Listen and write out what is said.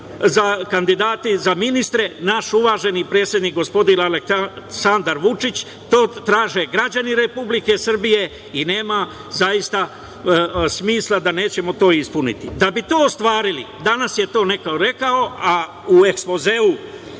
i kandidat za ministre, naš uvaženi predsednik, gospodin Aleksandar Vučić. To traže građani Republike Srbije i nema zaista smisla da to nećemo ispuniti.A da bi to ostvarili, danas je to neko rekao, u ekspozeu